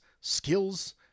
skills